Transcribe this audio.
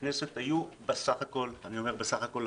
היו בסך הכול אני אומר בסך הכול,